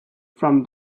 from